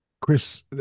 Chris